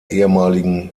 ehemaligen